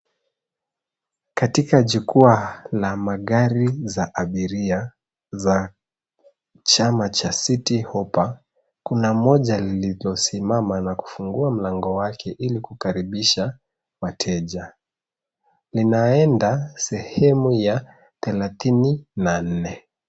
Katika jukwaa la magari za abiria za chama cha citihopaa kuna moja lililosimama na kufungua mlango wake ili kukaribisha wateja. Linaenda sehemu ya thelathini na nne.